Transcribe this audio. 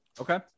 Okay